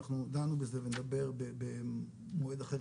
אנחנו דנו בזה ונדבר במועד אחר,